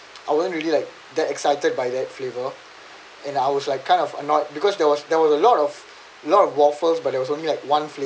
I wasn't really like that excited by that flavour and I was like kind of annoyed because there was there was a lot of a lot of waffles but it was only like one